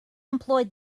employed